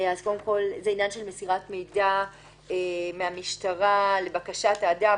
זה עניין של מסירת מידע מהמשטרה לבקשת האדם.